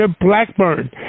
Blackburn